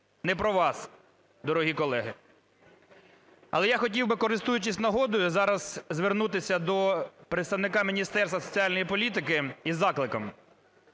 не про вас, дорогі колеги. Але я хотів би, користуючись нагодою, зараз звернутися до представника Міністерства соціальної політики із закликом.